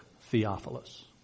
Theophilus